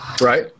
Right